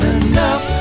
enough